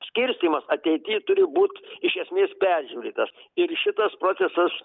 skirstymas ateity turi būt iš esmės peržiūrėtas ir šitas procesas